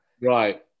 Right